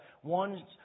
one